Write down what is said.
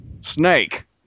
Snake